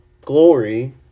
Glory